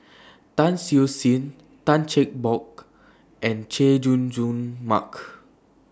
Tan Siew Sin Tan Cheng Bock and Chay Jung Jun Mark